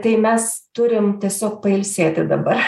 tai mes turim tiesiog pailsėti dabar